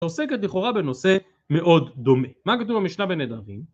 עוסקת לכאורה בנושא מאוד דומה. מה כתוב במשנה בנדרים?